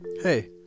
Hey